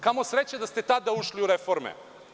Kamo sreće da ste tada ušli u reforme.